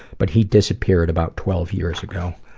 but he disappeared about twelve years ago.